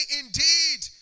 indeed